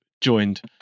joined